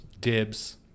dibs